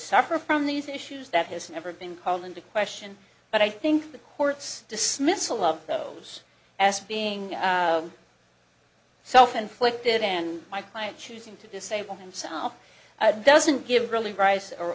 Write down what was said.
suffer from these issues that has never been called into question but i think the courts dismissal of those as being self inflicted and my client choosing to disable himself doesn't give really rise or